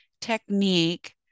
technique